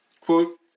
Quote